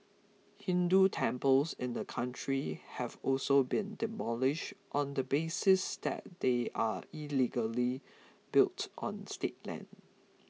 hindu temples in the country have also been demolished on the basis that they are illegally built on state land